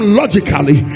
logically